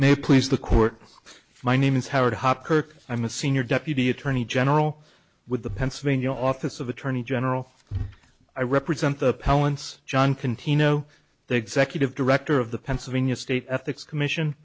may please the court my name is howard hopkirk i'm a senior deputy attorney general with the pennsylvania office of attorney general i represent the palance john continue know the executive director of the pennsylvania state ethics commission